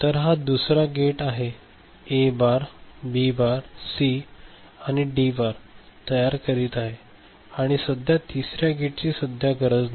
तर हा दुसरा गेट हा A bar B bar C आणि डी बार तयार करीत आहे आणि सध्या तिसऱ्या गेटची सध्या गरज नाही